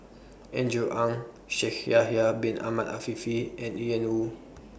Andrew Ang Shaikh Yahya Bin Ahmed Afifi and Ian Woo